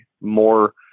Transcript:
more